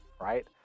right